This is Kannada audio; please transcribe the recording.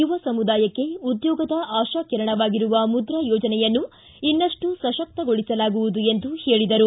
ಯುವ ಸಮುದಾಯಕ್ಕೆ ಉದ್ಯೋಗದ ಆಶಾ ಕಿರಣವಾಗಿರುವ ಮುದ್ರಾ ಯೋಜನೆಯನ್ನು ಇನ್ನಷ್ಟು ಸಶಕ್ತಗೊಳಿಸಲಾಗುವುದು ಎಂದು ಹೇಳಿದರು